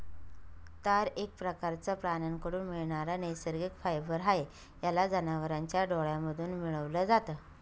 तार एक प्रकारचं प्राण्यांकडून मिळणारा नैसर्गिक फायबर आहे, याला जनावरांच्या डोळ्यांमधून मिळवल जात